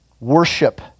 worship